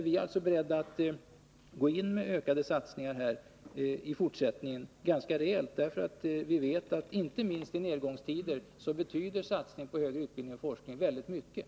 Vi är nu beredda att gå in med ganska rejält ökade satsningar, därför att vi vet att inte minst i nedgångstider betyder satsning på högre forskning och utbildning väldigt mycket.